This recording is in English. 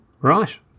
Right